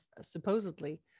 supposedly